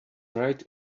right